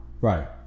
right